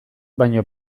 baino